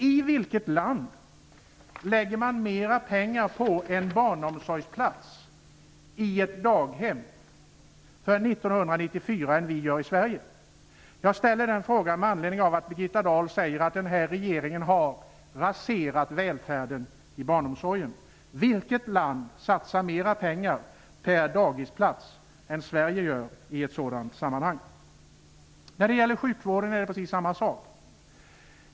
I vilket land lägger man mer pengar på en barnomsorgsplats i ett daghem för 1994 än vad vi gör i Sverige? Jag ställer frågan med anledning av att Birgitta Dahl säger att nuvarande regering har raserat välfärden i barnomsorgen. Sverige? När det gäller sjukvården är det precis samma sak.